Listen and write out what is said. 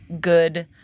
good